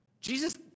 Jesus